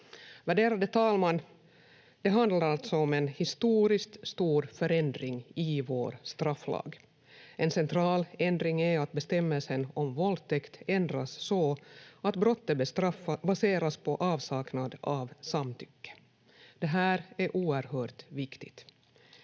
Värderade talman! Det handlar alltså om en historiskt stor förändring i vår strafflag. En central ändring är att bestämmelsen om våldtäkt ändras så att brottet baseras på avsaknad av samtycke. Det här är oerhört viktigt.